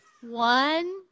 One